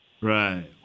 Right